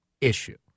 issue